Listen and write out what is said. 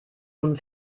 nun